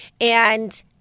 and-